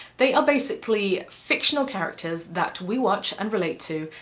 they are basically fictional characters that we watch and relate to,